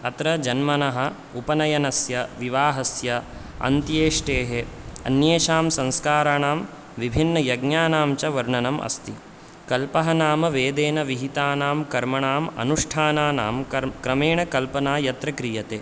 अत्र जन्मनः उपनयनस्य विवाहस्य अन्त्येष्टेः अन्येषां संस्काराणां विभिन्नयज्ञानां च वर्णनम् अस्ति कल्पः नाम वेदेन विहितानां कर्मणाम् अनुष्ठानां कर् क्रमेण कल्पना यत्र क्रियते